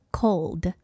cold